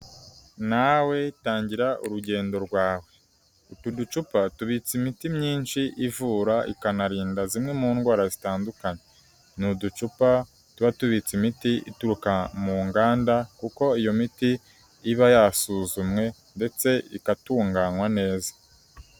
Nawe tangira urugendo rwawe, utu ducupa tubitse imiti myinshi ivura ikanarinda zimwe mu ndwara zitandukanye, ni uducupa tuba tubitse imiti ituruka mu nganda kuko iyo miti iba yasuzumwe ndetse igatunganywa neza.